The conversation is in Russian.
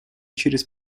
через